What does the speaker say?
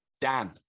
Dan